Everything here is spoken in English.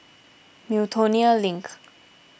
Miltonia Link